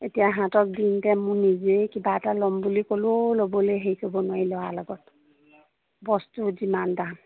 এতিয়া সিহঁতক দিওতে মোৰ নিজেই কিবা এটা ল'ম বুলি ক'লেও ল'বলৈ হেৰি কৰিব নোৱাৰি ল'ৰাৰ লগত বস্তুৰ যিমান দাম